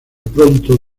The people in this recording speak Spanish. pronto